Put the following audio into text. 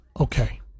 okay